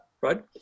right